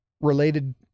related